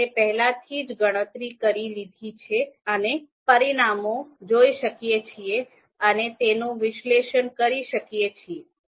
આપણે પહેલાથી જ ગણતરી કરી લીધી છે અને પરિણામો જોઈ શકીએ છીએ અને તેનું વિશ્લેષણ કરી શકીએ છીએ